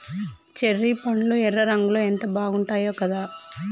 cherry పండ్లు ఎర్ర రంగులో ఎంత బాగుంటాయో కదా